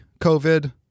COVID